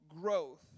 growth